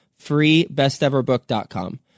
freebesteverbook.com